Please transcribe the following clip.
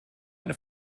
eine